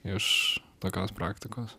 iš tokios praktikos